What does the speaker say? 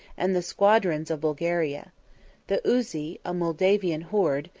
and the squadrons of bulgaria the uzi, a moldavian horde,